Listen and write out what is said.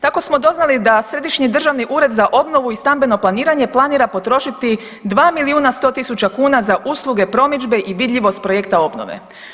Tako smo doznali da Središnji državni ured za obnovu i stambeno planiranje planira potrošiti 2 100 000 kuna za usluge promidžbe i vidljivost projekta obnove.